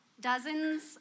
Dozens